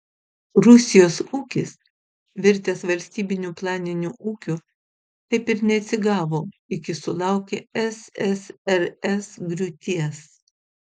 rusijos ūkis virtęs valstybiniu planiniu ūkiu taip ir neatsigavo iki sulaukė ssrs griūties